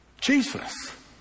Jesus